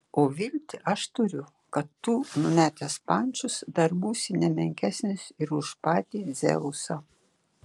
o viltį aš turiu kad tu numetęs pančius dar būsi ne menkesnis ir už patį dzeusą